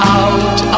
out